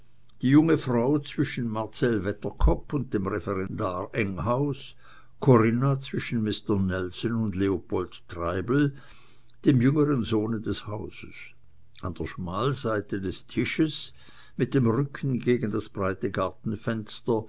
die junge frau zwischen marcell wedderkopp und dem referendar enghaus corinna zwischen mister nelson und leopold treibel dem jüngeren sohne des hauses an der schmalseite des tisches mit dem rücken gegen das breite gartenfenster